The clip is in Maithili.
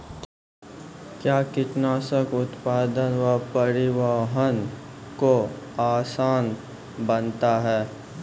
कया कीटनासक उत्पादन व परिवहन को आसान बनता हैं?